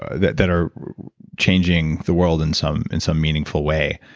ah that that are changing the world in some in some meaningful way.